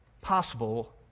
possible